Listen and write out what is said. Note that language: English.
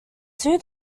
two